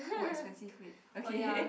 quite expensive wait okay